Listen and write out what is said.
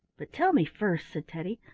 but tell me first, said teddy,